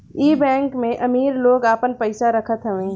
इ बैंक में अमीर लोग आपन पईसा रखत हवे